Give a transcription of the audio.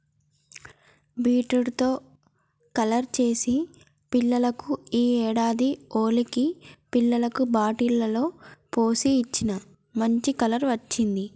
beetroot తో colour చేసి పిల్లలకు ఈ ఏడాది హోలికి పిల్లలకు బాటిల్ లో పోసి ఇచ్చిన, మంచి కలర్ వచ్చింది